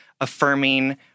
affirming